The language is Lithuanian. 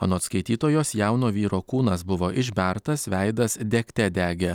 anot skaitytojos jauno vyro kūnas buvo išbertas veidas degte degė